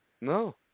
No